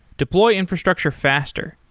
deploy infrastructure faster.